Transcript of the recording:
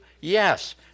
Yes